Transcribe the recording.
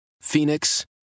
Phoenix